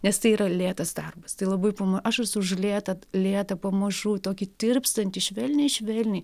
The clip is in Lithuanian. nes tai yra lėtas darbas tai labai pana aš esu už lėtą lėtą pamažu tokį tirpstantį švelniai švelniai